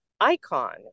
Icon